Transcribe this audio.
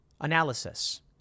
analysis